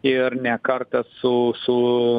ir ne kartą su su